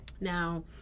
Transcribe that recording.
Now